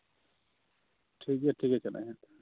ᱴᱷᱤᱠᱜᱮᱭᱟ ᱴᱷᱤᱠᱜᱮᱭᱟ ᱪᱟᱞᱟᱜ ᱤᱧ ᱦᱟᱸᱜ